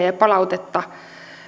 ja ja palautetta